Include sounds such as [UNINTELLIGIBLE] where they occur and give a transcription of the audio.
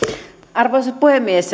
arvoisa puhemies [UNINTELLIGIBLE]